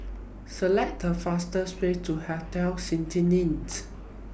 Select The fastest Way to Hotel